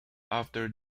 after